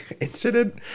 incident